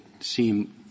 seem